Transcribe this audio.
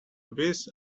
whiz